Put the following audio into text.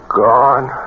gone